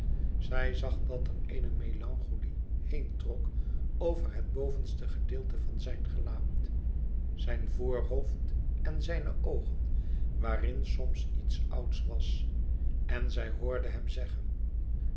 zij zag dat er eene melancholie heentrok over het bovenste gedeelte van zijn gelaat zijn voorhoofd en zijne oogen waarin soms iets ouds was en zij hoorde hem zeggen